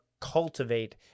cultivate